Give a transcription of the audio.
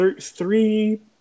three